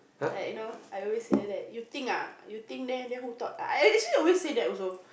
yeah I know I always said that you think ah you think then whole talk actually I always said that also